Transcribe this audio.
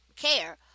care